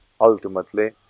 ultimately